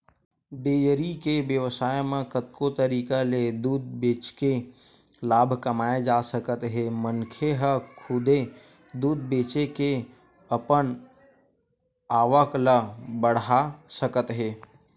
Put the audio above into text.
dairy के बेवसाय म कतको तरीका ले दूद बेचके लाभ कमाए जा सकत हे मनखे ह खुदे दूद बेचे के अपन आवक ल बड़हा सकत हे